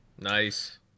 Nice